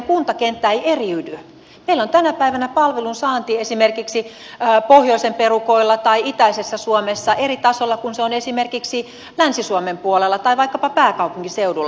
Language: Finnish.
meillä on tänä päivänä palvelun saanti esimerkiksi pohjoisen perukoilla tai itäisessä suomessa eri tasolla kuin esimerkiksi länsi suomen puolella tai vaikkapa pääkaupunkiseudulla